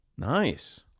Nice